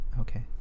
Okay